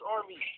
Army